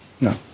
no